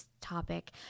topic